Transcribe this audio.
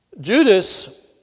Judas